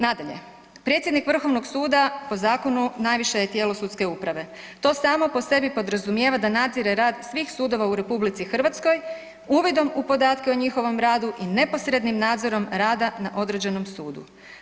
Nadalje, predsjednik vrhovnog suda po zakonu najviše je tijelo sudske uprave, to samo po sebi podrazumijeva da nadzire rad svih sudova u RH uvidom u podatke o njihovom radu i neposrednim nadzorom rada na određenom sudu.